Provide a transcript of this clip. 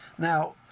Now